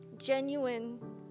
genuine